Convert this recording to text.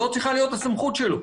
זאת צריכה להיות הסמכות שלו.